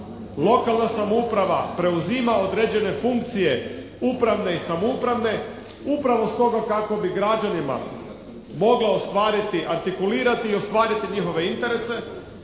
Lokalna samouprava preuzima određene funkcije, upravne i samoupravne upravo stoga kako bi građanima mogla ostvariti, artikulirati i ostvariti njihove interese